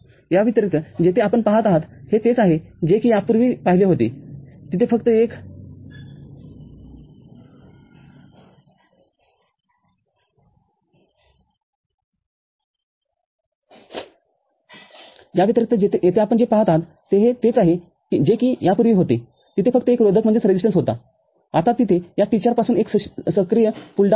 याव्यतिरिक्त येथे आपण जे पहात आहात हे तेच आहे जे की यापूर्वी होते तिथे फक्त एक रोधकहोता आता तिथे या T४ पासून एक सक्रिय पुल डाउन आहे